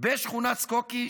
בשכונת סקוקי,